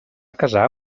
casar